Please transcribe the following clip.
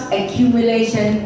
accumulation